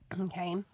Okay